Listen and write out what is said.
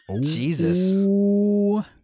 Jesus